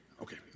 Okay